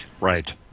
right